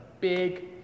big